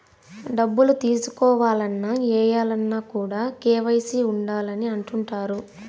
డబ్బులు తీసుకోవాలన్న, ఏయాలన్న కూడా కేవైసీ ఉండాలి అని అంటుంటారు